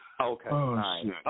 Okay